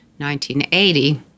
1980